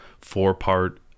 four-part